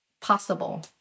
possible